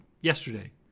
yesterday